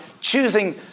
choosing